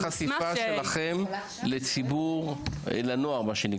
כמה שיותר חשיפה אליכם בקרב ציבור הנוער.